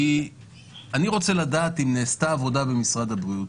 אני רוצה לדעת האם נעשתה עבודה במשרד הבריאות,